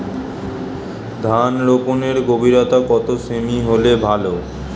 ধান রোপনের গভীরতা কত সেমি হলে ভালো?